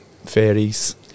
Fairies